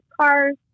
cars